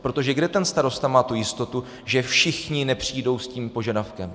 Protože kde ten starosta má tu jistotu, že všichni nepřijdou s tím požadavkem?